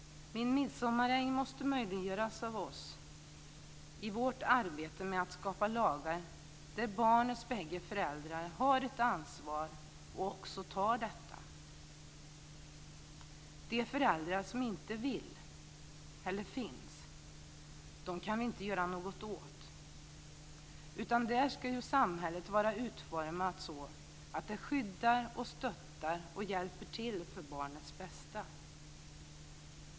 Min midsommaräng måste möjliggöras av oss i vårt arbete med att skapa lagar där barnets båda föräldrar har ett ansvar och också tar detta. De föräldrar som inte vill eller finns kan vi inte göra något åt. Samhället ska vara utformat så att det skyddar, stöttar och hjälper till för barnets bästa.